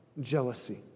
jealousy